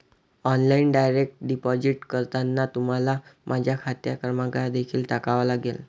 online direct deposit करताना तुम्हाला माझा खाते क्रमांक देखील टाकावा लागेल